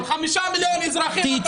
5 מיליון אזרחים אתה סוגר.